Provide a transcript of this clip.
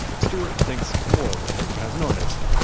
stuart thinks morally, as an artist,